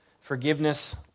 forgiveness